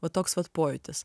va toks vat pojūtis